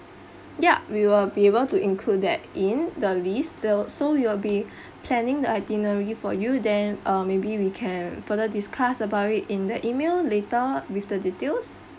yup we will be able to include that in the list till so we'll be planning the itinerary for you then um maybe we can further discuss about it in the email later with the details